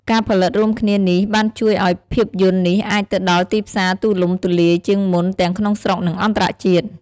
ការផលិតរួមគ្នានេះបានជួយឱ្យភាពយន្តនេះអាចទៅដល់ទីផ្សារទូលំទូលាយជាងមុន ទាំងក្នុងស្រុក និងអន្តរជាតិ ។